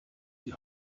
die